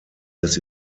des